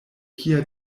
kia